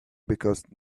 because